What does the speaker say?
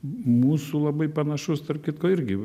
mūsų labai panašus tarp kitko irgi